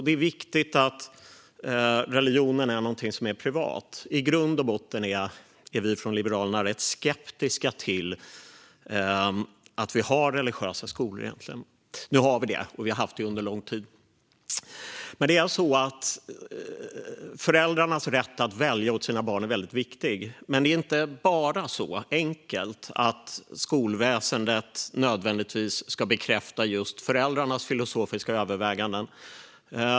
Det är viktigt att religion är något som är privat. I grund och botten är vi från Liberalerna rätt skeptiska till att vi har religiösa skolor. Nu har vi det, och vi har haft det under en lång tid. Föräldrarnas rätt att välja åt sina barn är väldigt viktig, men det är inte så enkelt som att skolväsendet nödvändigtvis ska bekräfta just föräldrarnas filosofiska överväganden.